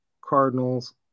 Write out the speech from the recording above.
Cardinals